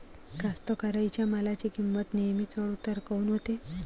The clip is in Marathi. कास्तकाराइच्या मालाची किंमत नेहमी चढ उतार काऊन होते?